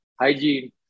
hygiene